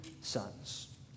sons